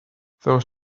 those